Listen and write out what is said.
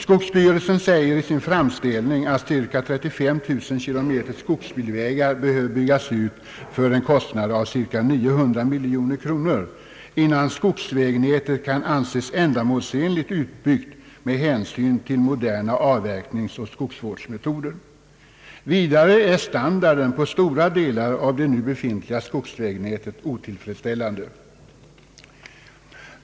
Skogsstyrelsen säger i sin framställning att cirka 35000 kilometer skogsbilvägar behöver byggas ut för en kostnad av ungefär 900 miljoner kronor innan skogsvägnätet kan anses ändamålsenligt utbyggt med hänsyn till moderna avverkningsoch skogsvårdsmetoder. Vidare är standarden på stora delar av det nu befintliga skogsvägnätet otillfredsställande.